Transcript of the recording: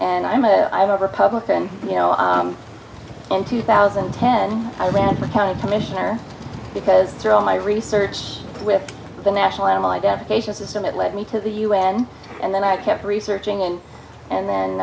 and i'm a i'm a republican you know in two thousand and ten i went to the county commissioner because through all my research with the national animal identification system it led me to the u n and then i kept researching and and then